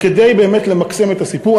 כדי באמת למקסם את הסיפור.